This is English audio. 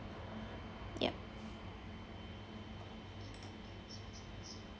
ya